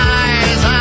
eyes